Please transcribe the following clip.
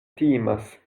timas